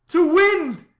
to wind,